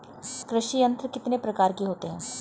कृषि यंत्र कितने प्रकार के होते हैं?